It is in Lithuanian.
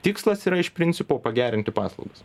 tikslas yra iš principo pagerinti paslaugas